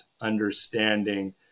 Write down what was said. understanding